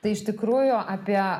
tai iš tikrųjų apie